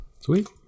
Sweet